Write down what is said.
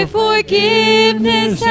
forgiveness